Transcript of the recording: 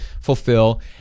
fulfill